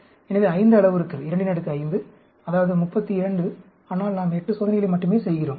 எனவே 5 அளவுருக்கள் 25 அதாவது 32 ஆனால் நாம் 8 சோதனைகளை மட்டுமே செய்கிறோம்